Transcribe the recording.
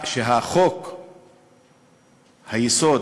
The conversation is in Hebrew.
שחוק-היסוד,